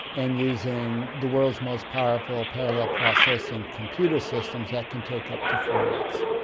and using the world's most powerful parallel processing computer systems, that can take up to four months.